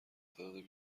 تعداد